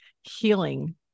healing